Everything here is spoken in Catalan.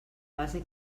base